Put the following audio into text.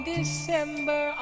December